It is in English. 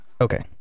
Okay